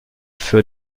für